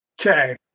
Okay